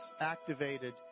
activated